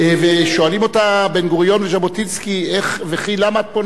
שואלים אותה בן-גוריון וז'בוטינסקי: וכי למה את פונה אלינו?